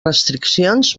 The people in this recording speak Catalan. restriccions